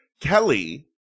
Kelly